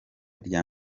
rya